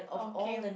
okay